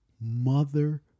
mother